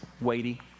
weighty